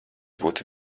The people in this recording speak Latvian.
būtu